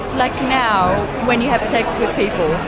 like now when you have sex with people,